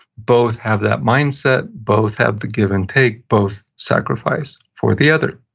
both have that mindset, both have the give and take, both sacrifice for the other